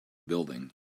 building